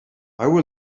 will